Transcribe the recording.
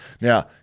Now